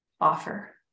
offer